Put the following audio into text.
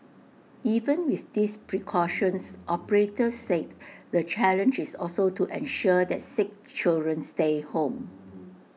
even with these precautions operators said the challenge is also to ensure that sick children stay home